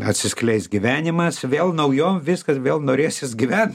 atsiskleis gyvenimas vėl naujom viskas vėl norėsis gyvent